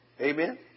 Amen